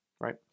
right